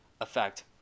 effect